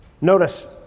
Notice